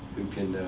who can